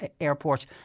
Airport